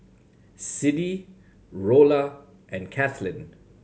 Siddie Rolla and Kathleen